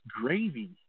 gravy